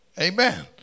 amen